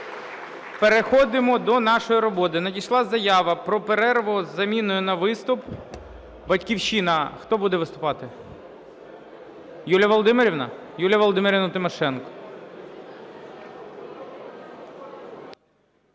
Переходимо до нашої роботи. Надійшла заява про перерву із заміною на виступ, "Батьківщина". Хто буде виступати? Юлія Володимирівна? Юлія Володимирівна Тимошенко.